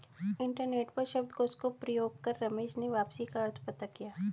internet पर शब्दकोश का प्रयोग कर रमेश ने वापसी का अर्थ पता किया